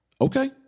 Okay